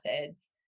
methods